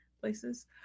places